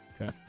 Okay